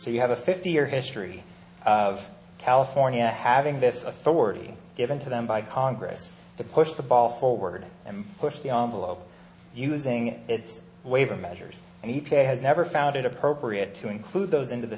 so you have a fifty year history of california having this authority given to them by congress to push the ball forward and push the envelope using its waiver measures and he pay has never found it appropriate to include those into the